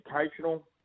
educational